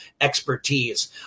expertise